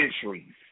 centuries